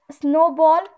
Snowball